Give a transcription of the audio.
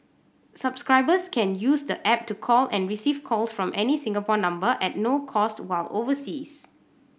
subscribers can use the app to call and receive calls from any Singapore number at no cost while overseas